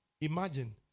imagine